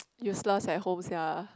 useless at home sia